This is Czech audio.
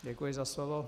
Děkuji za slovo.